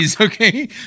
Okay